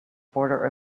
border